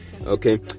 Okay